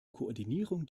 koordinierung